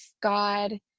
God